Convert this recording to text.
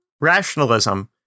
rationalism